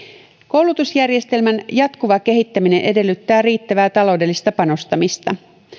koulutusjärjestelmän jatkuva kehittäminen edellyttää riittävää taloudellista panostamista